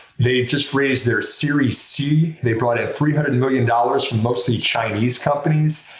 they just raised their series c. they brought in three hundred million dollars from mostly chinese companies.